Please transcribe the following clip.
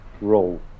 role